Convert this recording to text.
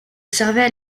servaient